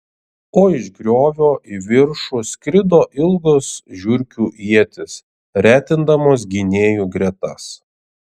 o iš griovio į viršų skrido ilgos žiurkių ietys retindamos gynėjų gretas